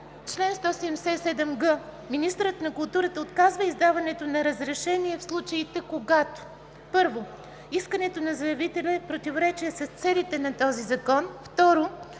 Чл. 177г. Министърът на културата отказва издаването на разрешение в случаите, когато: 1. искането на заявителя е в противоречие с целите на този закон;